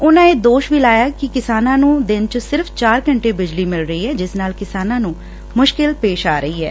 ਉਨ੍ਪਾ ਇਹ ਦੋਸ਼ ਵੀ ਲਾਇਆ ਕਿ ਕਿਸਾਨਾਂ ਨੂੰ ਦਿਨ ਚ ਸਿਰਫ਼ ਚਾਰ ਘੰਟੇ ਬਿਜਲੀ ਮਿਲ ਰਹੀ ਐ ਜਿਸ ਨਾਲ ਕਿਸਾਨਾਂ ਨੂੰ ਮੁਸ਼ਕਿਲ ਪੇਸ਼ ਆ ਰਹੀ ਐ